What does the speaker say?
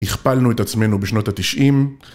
הכפלנו את עצמנו בשנות התשעים